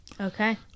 Okay